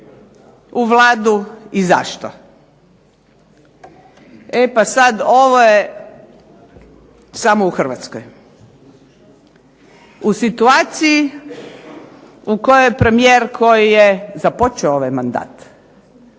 u Vladu i zašto? E pa sad ovo je samo u Hrvatskoj. U situaciji u kojoj premijer koji je započeo ovaj mandat,